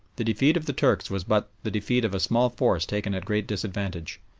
the defeat of the turks was but the defeat of a small force taken at great disadvantage,